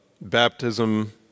baptism